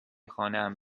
خانهام